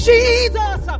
Jesus